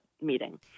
meeting